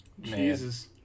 Jesus